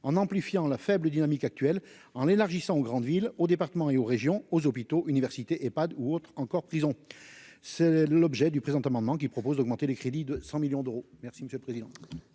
en amplifiant la faible dynamique actuelle en l'élargissant aux grandes villes, aux départements et aux régions, aux hôpitaux, universités et pas ou autre encore prison c'est l'objet du présent amendement qui propose d'augmenter les crédits de 100 millions d'euros, merci monsieur le président.